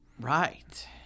Right